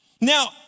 Now